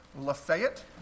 Lafayette